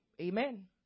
Amen